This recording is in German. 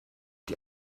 die